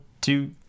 two